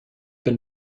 been